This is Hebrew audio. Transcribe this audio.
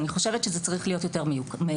אני חושבת שזה צריך להיות יותר ממוקד,